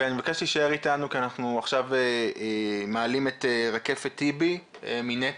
אני מבקש שתישאר איתנו כי אנחנו עכשיו מעלים את רקפת תיבי מנת"ע.